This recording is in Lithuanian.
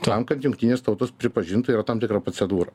tam kad jungtinės tautos pripažintų yra tam tikra procedūra